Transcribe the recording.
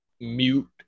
mute